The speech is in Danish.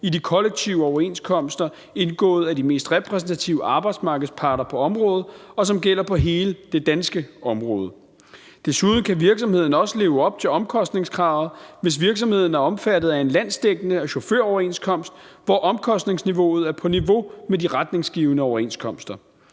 i de kollektive overenskomster indgået af de mest repræsentative arbejdsmarkedsparter på området, og som gælder på hele det danske område. Desuden kan virksomheden også leve op til omkostningskravet, hvis virksomheden er omfattet af en landsdækkende chaufføroverenskomst, hvor omkostningsniveauet er på niveau med de retningsgivende overenskomster.